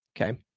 Okay